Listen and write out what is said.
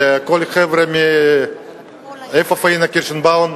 לכל החבר'ה, איפה פאינה קירשנבאום?